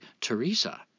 Teresa